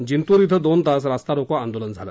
जिंतूर कें दोन तास रास्ता रोको आंदोलन झालं